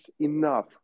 enough